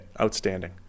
outstanding